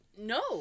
no